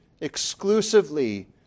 exclusively